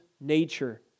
nature